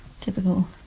Typical